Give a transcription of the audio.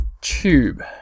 tube